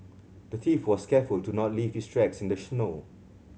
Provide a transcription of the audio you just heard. the thief was careful to not leave his tracks in the snow